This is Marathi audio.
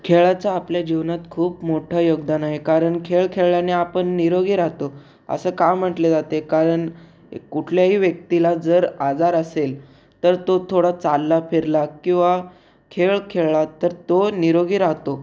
खेळाचा आपल्या जीवनात खूप मोठं योगदान आहे कारण खेळ खेळल्याने आपण निरोगी राहतो असं का म्हटले जाते कारण कुठल्याही व्यक्तीला जर आजार असेल तर तो थोडा चालला फिरला किंवा खेळ खेळला तर तो निरोगी राहतो